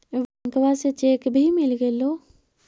बैंकवा से चेक भी मिलगेलो?